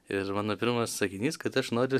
ir mano pirmas sakinys kad aš noriu